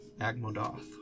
Agmodoth